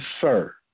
sir